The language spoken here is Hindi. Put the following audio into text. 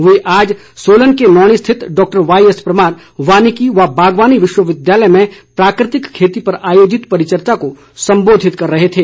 वे आज सोलन के नौणी स्थित डॉक्टर वाई एसपरमार वानिकी व बागवानी विश्वविद्यालय में प्राकृतिक खेती पर आयोजित परिचर्चा को संबोधित कर रहे थे